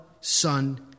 Son